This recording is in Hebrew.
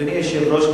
אדוני היושב-ראש,